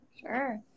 Sure